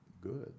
good